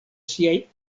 siaj